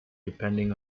depending